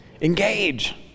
Engage